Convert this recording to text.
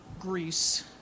Greece